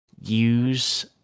use